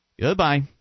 Goodbye